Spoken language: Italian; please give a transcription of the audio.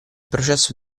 processo